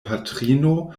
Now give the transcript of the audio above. patrino